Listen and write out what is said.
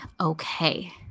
okay